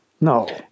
No